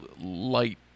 light